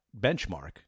benchmark